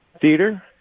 Theater